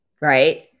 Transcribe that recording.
Right